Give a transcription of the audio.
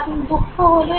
আপনার দুঃখ হলো